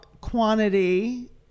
quantity